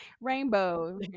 Rainbow